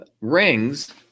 rings